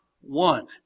one